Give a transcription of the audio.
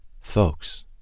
Folks